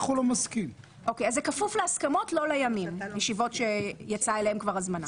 זה כפוף להסכמות לא לימין ישיבות שיצאה אליהם הזמנה.